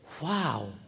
Wow